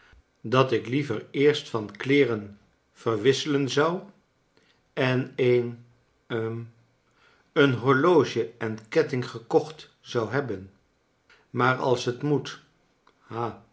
dat ik liever eerst van kleeren verwisselen zou en een hm een horloge en letting gekocht zou hebben maar als het moet